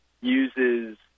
uses